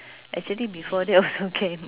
actually before that also can